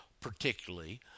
particularly